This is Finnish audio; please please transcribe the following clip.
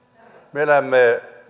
me elämme